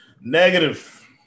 Negative